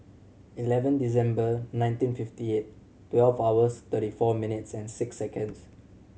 eleven December nineteen fifty eight twelve hours thirty four minutes and six seconds